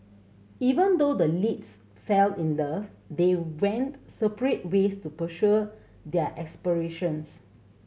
even though the leads fell in love they went separate ways to pursue their aspirations